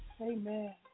Amen